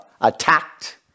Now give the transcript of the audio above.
attacked